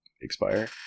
expire